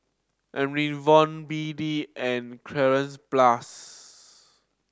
Enervon B D and Cleanz Plus